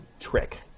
trick